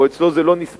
או אצלו זה לא נספר,